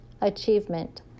Achievement